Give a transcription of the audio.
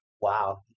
wow